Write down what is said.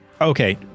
okay